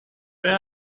where